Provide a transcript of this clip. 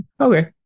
Okay